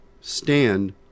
stand